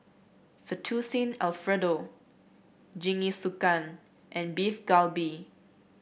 Fettuccine Alfredo Jingisukan and Beef Galbi